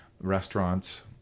restaurants